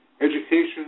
education